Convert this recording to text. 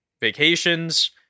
vacations